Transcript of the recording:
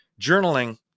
journaling